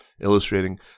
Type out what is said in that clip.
illustrating